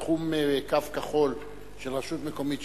בתחום קו כחול של רשות מקומית,